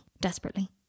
desperately